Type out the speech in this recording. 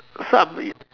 so I'm it